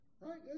Right